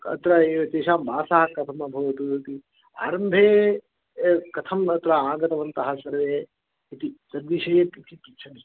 अत्र एतेषां वासः कथम् अभवत् इति आरम्भे कथम् अत्र आगतवन्तः सर्वे इति तद्विषये किञ्चित् पृच्छामि